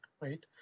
right